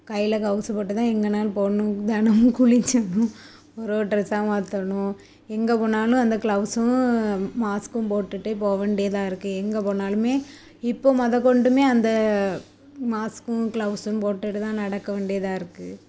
கையில் க்ளௌஸு போட்டு தான் எங்கேனாலும் போகணும் தினமும் குளிச்சடணும் ஒரு ஒரு ட்ரெஸ்ஸாக மாற்றணும் எங்கே போனாலும் அந்த க்ளௌஸ்ஸும் மாஸ்சுக்கும் போட்டுகிட்டே போக வேண்டியதாக இருக்குது எங்கே போனாலுமே இப்போ மொதல் கொண்டுமே அந்த மாஸ்சுக்கும் க்ளௌஸும் போட்டுகிட்டு தான் நடக்க வேண்டியதாக இருக்குது